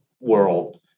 world